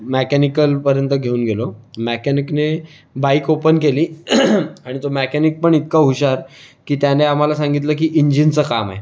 मेकॅनिकलपर्यंत घेऊन गेलो मेकॅनिकने बाईक ओपन केली आणि तो मेकॅनिक पण इतका हुशार की त्याने आम्हाला सांगितलं की इंजिनचं काम आहे